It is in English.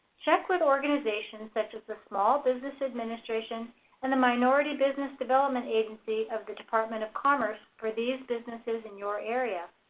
check with organizations such as the small business administration and the minority business development agency of the department of commerce for these businesses in your area.